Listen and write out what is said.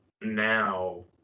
now